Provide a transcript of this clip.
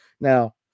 now